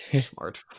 smart